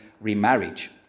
remarriage